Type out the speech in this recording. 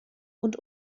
und